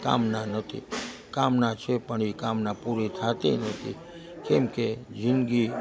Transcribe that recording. કામના નથી કામના છે પણ એ કામના પૂરી થતી નથી કેમકે જિંદગી